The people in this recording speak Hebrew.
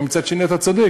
אבל מצד שני, אתה צודק.